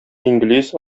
инглиз